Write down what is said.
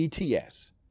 ETS